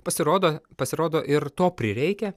pasirodo pasirodo ir to prireikia